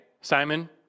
Simon